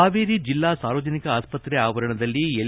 ಹಾವೇರಿ ಜಿಲ್ಲಾ ಸಾರ್ವಜನಿಕ ಆಸ್ಪತ್ರೆ ಆವರಣದಲ್ಲಿ ಎಲ್